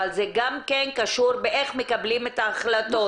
אבל זה גם כן קשור באיך מקבלים את ההחלטות.